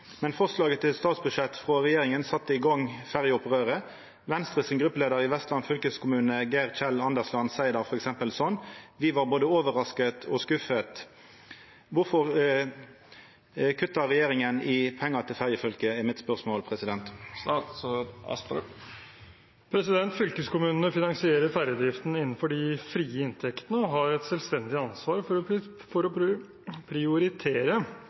Men forslaget til budsjett fra regjeringen satte det i gang igjen. Venstres gruppeleder i Vestland, Geir Kjell Andersland, sier det slik: «Vi var både overraska og skuffa.» Hvorfor kutter regjeringen i pengene til fergefylkene?» Fylkeskommunene finansierer fergedriften innenfor de frie inntektene og har et selvstendig ansvar for å